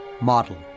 model